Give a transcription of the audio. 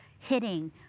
hitting